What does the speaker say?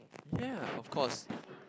ya of course